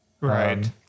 right